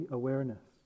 awareness